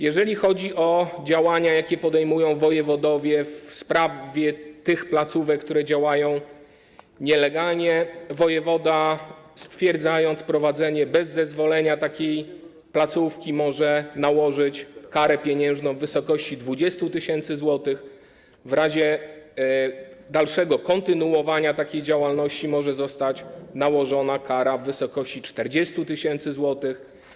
Jeżeli chodzi o działania, jakie podejmują wojewodowie w sprawie placówek, które działają nielegalnie, to wojewoda, stwierdzając prowadzenie bez zezwolenia takiej placówki, może nałożyć karę pieniężną w wysokości 20 tys. zł, a w razie kontynuowania takiej działalności może zostać nałożona kara w wysokości 40 tys. zł.